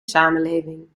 samenleving